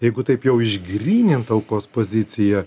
jeigu taip jau išgrynint aukos poziciją